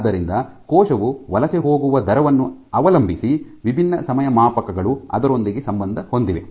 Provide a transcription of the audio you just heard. ಆದ್ದರಿಂದ ಕೋಶವು ವಲಸೆ ಹೋಗುವ ದರವನ್ನು ಅವಲಂಬಿಸಿ ವಿಭಿನ್ನ ಸಮಯ ಮಾಪಕಗಳು ಅದರೊಂದಿಗೆ ಸಂಬಂಧ ಹೊಂದಿವೆ